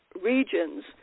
regions